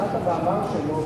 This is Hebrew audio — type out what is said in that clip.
בפתיחת המאמר שלו,